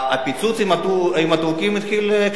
הפיצוץ עם הטורקים התחיל בדבוס,